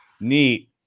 neat